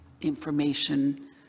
information